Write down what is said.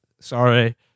Sorry